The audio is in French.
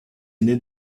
aîné